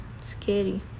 Scary